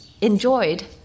enjoyed